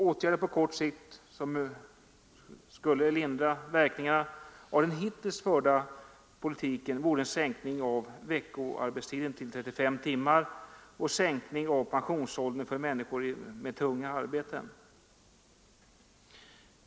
Åtgärder på kort sikt som skulle lindra verkningarna av den hittills förda politiken vore en sänkning av veckoarbetstiden till 35 timmar och en sänkning av pensionsåldern för människor med tunga arbeten.